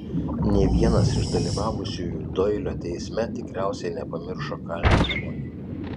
nė vienas iš dalyvavusiųjų doilio teisme tikriausiai nepamiršo kaltinamojo